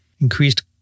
increased